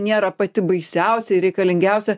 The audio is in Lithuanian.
nėra pati baisiausia ir reikalingiausia